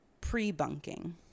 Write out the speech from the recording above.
pre-bunking